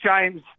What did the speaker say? James